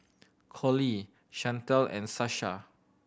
Collie Shantel and Sasha